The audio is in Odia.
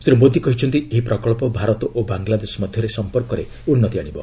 ଶ୍ରୀ ମୋଦି କହିଛନ୍ତି ଏହି ପ୍ରକଳ୍ପ ଭାରତ ଓ ବାଙ୍ଗଲାଦେଶ ମଧ୍ୟରେ ସମ୍ପର୍କରେ ଉନ୍ନତି ଆଣିବ